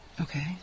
Okay